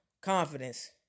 confidence